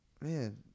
man